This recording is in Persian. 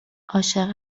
عاشق